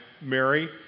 Mary